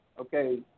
okay